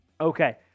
Okay